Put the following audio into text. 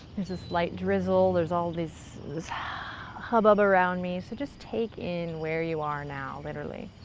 there's this light drizzle. there's all this hubhub around me. so just take in where you are now, literally.